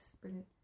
brilliant